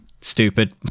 stupid